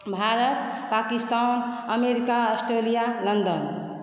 Bharat Pakistan America Australia London